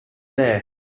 there